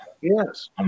Yes